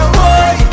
boy